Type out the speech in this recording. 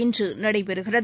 இன்று நடைபெறுகிறது